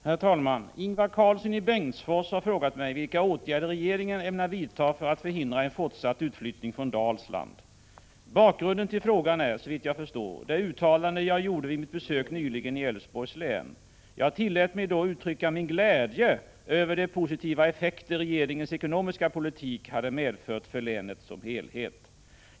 Herr talman! Ingvar Karlsson i Bengtsfors har frågat mig vilka åtgärder regeringen ämnar vidta för att förhindra en fortsatt utflyttning från Dalsland. Bakgrunden till frågan är, såvitt jag förstår, det uttalande jag gjorde vid mitt besök nyligen i Älvsborgs län. Jag tillät mig då uttrycka min glädje över de positiva effekter regeringens ekonomiska politik medfört för länet som helhet.